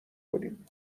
کنیم